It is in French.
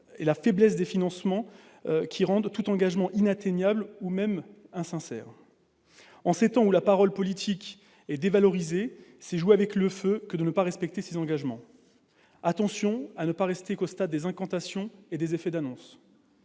de la faiblesse des financements qui rendent tout engagement inatteignable ou insincère. En ces temps où la parole politique est dévalorisée, c'est jouer avec le feu que de ne pas respecter ses engagements. Veillez à ne pas en rester au stade des incantations et des effets d'annonce.